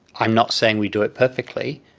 i'm not saying we do it perfectly,